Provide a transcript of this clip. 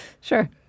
Sure